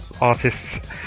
artists